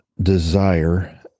desire